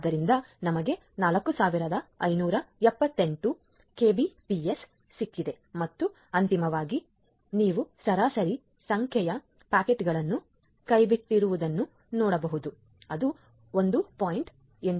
ಆದ್ದರಿಂದ ನಮಗೆ 4578 ಕೆಬಿಪಿಎಸ್ ಸಿಕ್ಕಿದೆ ಮತ್ತು ಅಂತಿಮವಾಗಿ ಕೊನೆಯಲ್ಲಿ ನೀವು ಸರಾಸರಿ ಸಂಖ್ಯೆಯ ಪ್ಯಾಕೆಟ್ಗಳನ್ನು ಕೈಬಿಟ್ಟಿರುವುದನ್ನು ನೋಡಬಹುದು ಅದು 1